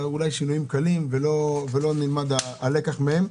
אולי שינויים קלים ולא נלמד הלקח מהם.